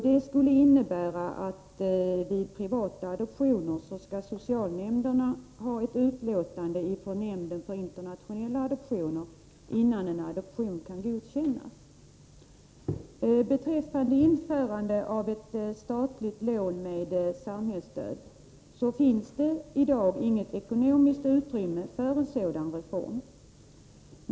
Det skulle innebära att socialnämnderna vid privata adoptioner skall ha ett utlåtande från nämnden för internationella adoptioner innan adoptionen kan godkännas. Beträffande införande av ett statligt lån med samhällsstöd vill jag säga att det i dag inte finns något ekonomiskt utrymme för en sådan reform.